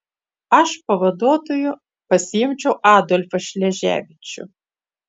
aš pavaduotoju pasiimčiau adolfą šleževičių